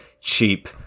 cheap